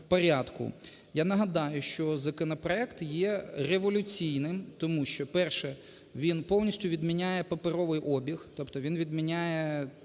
Я нагадаю, що законопроект є революційним, тому що, перше, він повністю відміняє паперовий обіг, тобто він відміняє